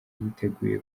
yiteguye